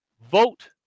vote